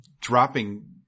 dropping